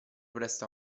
presto